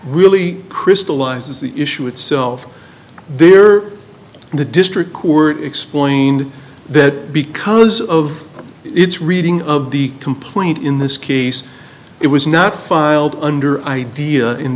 really crystallizes the issue itself there or the district court explained that because of its reading of the complaint in this case it was not filed under idea